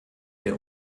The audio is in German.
der